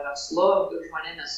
verslu žmonėmis